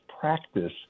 practice